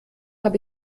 habe